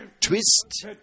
twist